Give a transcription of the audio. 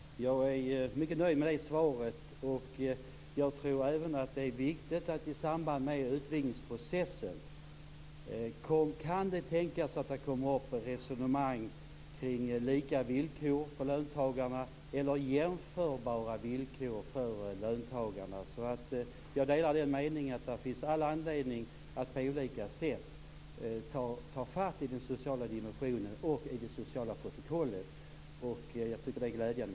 Fru talman! Jag är mycket nöjd med det svaret. Det kan i samband med utvidgningsprocessen tänkas komma upp resonemang kring lika eller jämförbara villkor för löntagarna. Jag delar meningen att vi har all anledning att på olika sätt ta tag i den sociala dimensionen och i det sociala protokollet. Jag tycker att detta besked är glädjande.